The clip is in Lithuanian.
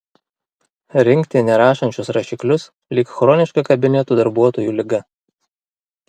rinkti nerašančius rašiklius lyg chroniška kabinetų darbuotojų liga